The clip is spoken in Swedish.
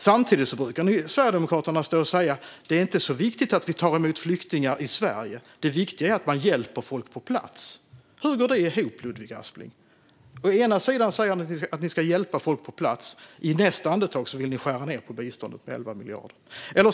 Samtidigt säger Sverigedemokraterna att det inte är så viktigt att ta emot flyktingar i Sverige utan att det viktiga är att hjälpa folk på plats. Hur går det ihop, Ludvig Aspling? Å ena sidan säger ni att ni ska hjälpa folk på plats, å andra sidan säger ni i nästa andetag att ni vill skära ned på biståndet med 11 miljarder.